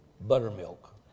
buttermilk